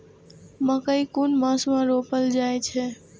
मकेय कुन मास में रोपल जाय छै?